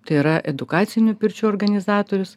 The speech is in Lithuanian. tai yra edukacinių pirčių organizatorius